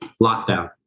lockdown